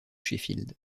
sheffield